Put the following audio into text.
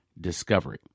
discovery